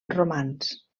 romans